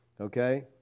Okay